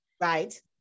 Right